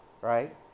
right